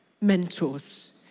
mentors